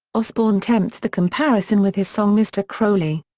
osbourne tempts the comparison with his song mr crowley.